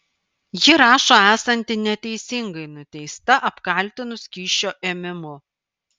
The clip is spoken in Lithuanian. ji rašo esanti neteisingai nuteista apkaltinus kyšio ėmimu